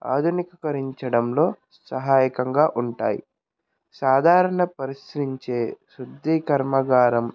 ఆధునీకరించడంలో సహాయకంగా ఉంటాయి సాధారణ పరిస్రించె శుద్ధి కర్మగారం